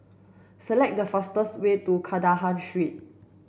select the fastest way to Kandahar Street